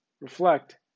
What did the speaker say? reflect